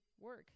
work